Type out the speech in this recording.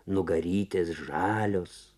nugarytės žalios